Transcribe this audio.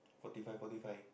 forty five forty five